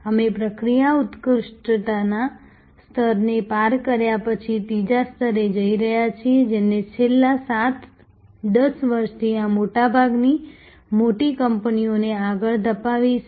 અમે પ્રક્રિયા ઉત્કૃષ્ટતાના સ્તરને પાર કર્યા પછી ત્રીજા સ્તરે જઈ રહ્યા છીએ જેણે છેલ્લા 7 10 વર્ષથી આ મોટાભાગની મોટી કંપનીઓને આગળ ધપાવી છે